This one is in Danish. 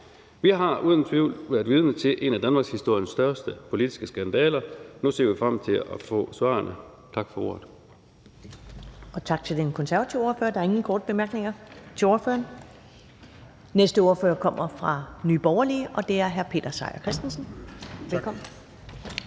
Vi har uden tvivl været vidne til en af danmarkshistoriens største politiske skandaler. Nu ser vi frem til at få svarene. Tak for ordet. Kl. 12:01 Første næstformand (Karen Ellemann): Tak til den konservative ordfører. Der er ingen korte bemærkninger til ordføreren. Næste ordfører kommer fra Nye Borgerlige, og det er hr. Peter Seier Christensen. Velkommen.